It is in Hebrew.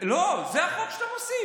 לא, זה החוק שאתם עושים.